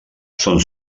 són